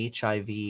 HIV